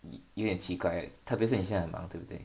有点奇怪 right 特别你现在很忙对不对